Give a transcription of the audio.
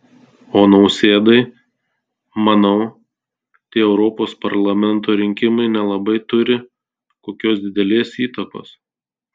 o nausėdai manau tie europos parlamento rinkimai nelabai turi kokios didelės įtakos